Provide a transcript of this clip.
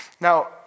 Now